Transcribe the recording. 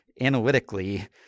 analytically